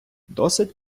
досить